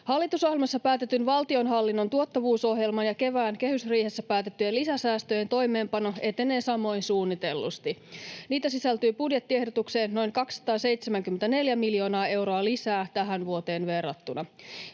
Hallitusohjelmassa päätetyn valtionhallinnon tuottavuusohjelman ja kevään kehysriihessä päätettyjen lisäsäästöjen toimeenpano etenee samoin suunnitellusti. Niitä sisältyy budjettiehdotukseen noin 274 miljoonaa euroa lisää tähän vuoteen verrattuna.